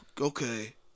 Okay